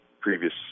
previous